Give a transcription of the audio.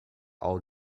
all